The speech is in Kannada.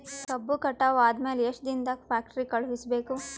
ಕಬ್ಬು ಕಟಾವ ಆದ ಮ್ಯಾಲೆ ಎಷ್ಟು ದಿನದಾಗ ಫ್ಯಾಕ್ಟರಿ ಕಳುಹಿಸಬೇಕು?